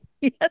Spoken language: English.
Yes